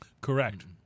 Correct